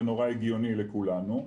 זה נורא הגיוני לכולנו,